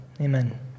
amen